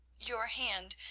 your hand,